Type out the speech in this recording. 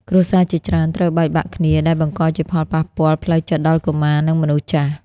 គ្រួសារជាច្រើនត្រូវបែកបាក់គ្នា ដែលបង្កជាផលប៉ះពាល់ផ្លូវចិត្តដល់កុមារ និងមនុស្សចាស់។